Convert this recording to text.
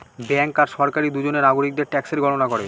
bank আর সরকারি দুজনে নাগরিকদের ট্যাক্সের গণনা করে